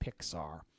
Pixar